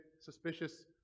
suspicious